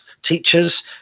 teachers